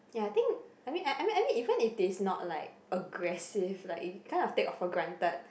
ya I think I mean I mean I mean even if it's not like aggressive like it kind of take for granted